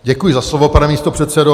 Děkuji za slovo, pane místopředsedo.